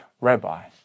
rabbi